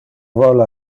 vole